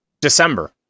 December